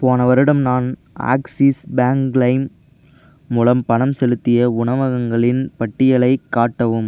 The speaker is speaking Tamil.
போன வருடம் நான் ஆக்ஸிஸ் பேங்க் லைம் மூலம் பணம் செலுத்திய உணவகங்களின் பட்டியலைக் காட்டவும்